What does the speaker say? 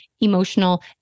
emotional